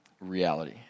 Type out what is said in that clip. reality